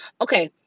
Okay